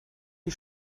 die